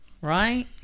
Right